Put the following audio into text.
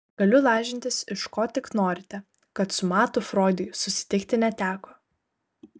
galiu lažintis iš ko tik norite kad su matu froidui susitikti neteko